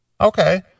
Okay